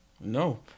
No